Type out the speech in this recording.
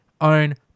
own